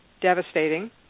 devastating